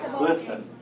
Listen